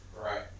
Right